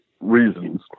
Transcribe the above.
reasons